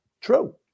True